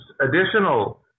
additional